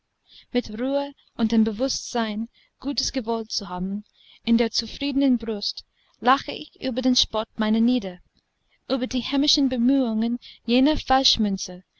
mit ruhe und dem bewußtsein gutes gewollt zu haben in der zufriedenen brust lache ich über den spott meiner neider über die hämischen bemühungen jener